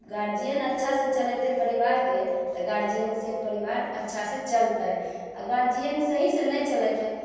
guardian अच्छा से चलेतै परिवारके तऽ गार्जियन से परिवार अच्छा से चलतै आ गार्जियन सही से नहि चलेतै